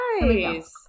Nice